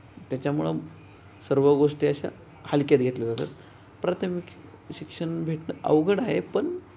त्याच्यामुळं सर्व गोष्टी अशा हलक्यात घेतल्या जातात प्राथमिक शिक्षण भेटणं अवघड आहे पण